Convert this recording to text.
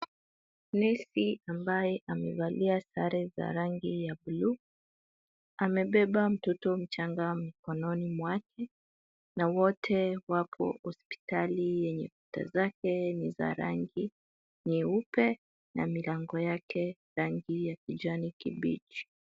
Nesi ambaye amevalia sare za rangi ya blue , amebeba mtoto mchanga mkononi mwake, na wote wako hospitali yenye kuta zake ni za rangi nyeupe na milango yake rangi ya kijani kibichi.